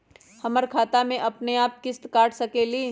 हमर खाता से अपनेआप किस्त काट सकेली?